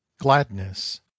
Gladness